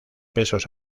pesos